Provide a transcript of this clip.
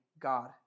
God